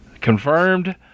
confirmed